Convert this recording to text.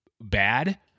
bad